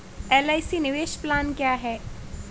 LIC निवेश plan क्या है?